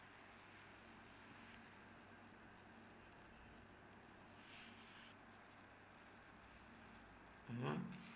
mmhmm